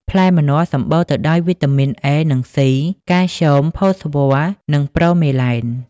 ផ្លែម្នាស់សម្បូរទៅដោយវីតាមីនអេ និង សុី កាល់ស្យូម ផូស្វ័រ និងប្រូមេឡែន ។